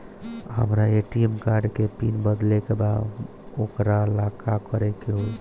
हमरा ATM card के PIN बदले के बा वोकरा ला का करे के होई?